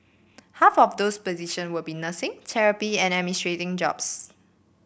half of those position will be nursing therapy and administrative jobs